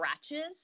scratches